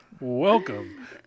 Welcome